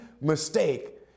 mistake